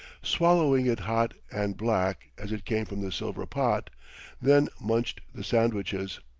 swallowing it hot and black as it came from the silver pot then munched the sandwiches.